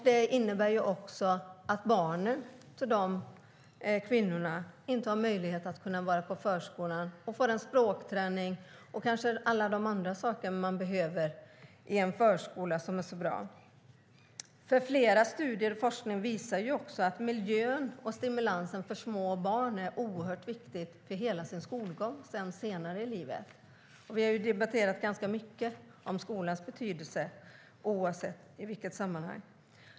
Det innebär att barnen till de kvinnorna inte har möjlighet att vara på förskolan, få en språkträning och alla de andra saker som man behöver i en förskola, som är så bra. Flera studier och forskning visar att miljön och stimulansen för små barn är oerhört viktiga under hela skoltiden och sedan senare i livet. Vi har debatterat skolans betydelse ganska mycket i olika sammanhang.